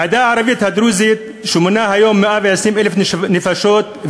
העדה הערבית הדרוזית שמונה היום 120,000 נפשות,